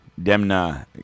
Demna